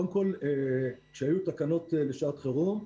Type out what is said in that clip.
קודם כל, כשהיו תקנות לשעת חירום,